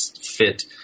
fit